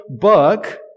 book